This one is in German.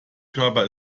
körper